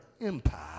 empire